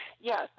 yes